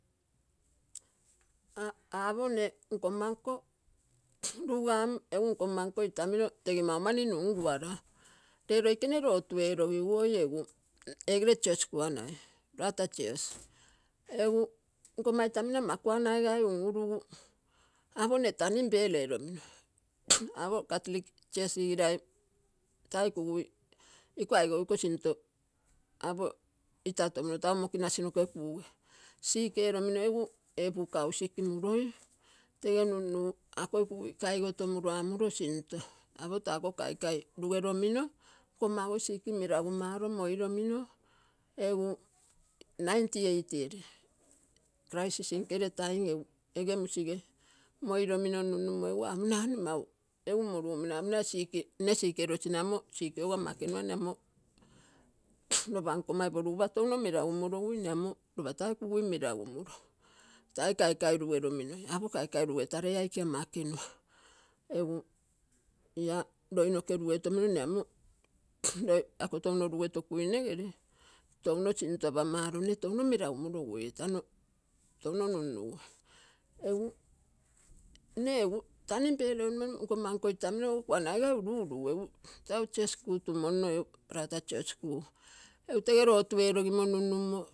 Apoo, mne nkomma nko rugan egu nko mma nko itamino tege mau mani nunuara. Tee loikene lotu eerogiguoi egu egere church kuanai barata church egu nkomma itamino ama kuanaigai un-urugu apo mne tanim bel eromino. Catholic church sigirai tai kugui iko aigou iko sinto apo itatomuro tau moki nasi noke kugei siki eromino egu ee buka sick muroi tege nunnugu akoi kugui kaigotomuro amuro sinto apoo taa ako kaikai lugero mino nkomma ogo melagu maro maromino egu ninety eight ere kraisisi nke ree taim egu ege musige moiromino nunnumo egu apomino aa mne mau egu morugomino apomino aa ia sick mne sick erosine amo sick oso ama ekenua mne amo ropa nkommai porugupa touno melagu morogui mne amo lopa tai kugui melagu muro, tai kaikai rugero minoi apao kaikai rugetarei aikeama ekunua egu ia loinoke ruge tomino mne amo ako touno rugetokuinegere. touno sinto apamaro mne touno melagu morogui etano touno nunnugui, egu mne tanim bel eromino nkomma nko itamino kuanaigai uru-urugu egu tau church kuutumonno egu barata church kuu. Egu tege lotu eerogimo nunnumo.